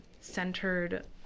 centered